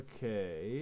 Okay